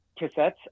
cassettes